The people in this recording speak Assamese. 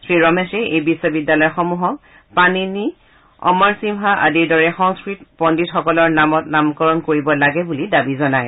শ্ৰী ৰমেশে এই বিশ্ববিদ্যালয়সমূহক পাণিনি অমৰ সিম্হা আদিৰ দৰে সংস্কৃত পণ্ডিতসকলৰ নামত নামকৰণ কৰিব লাগে বুলি দাবী জনায়